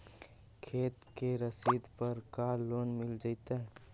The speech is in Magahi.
खेत के रसिद पर का लोन मिल जइतै?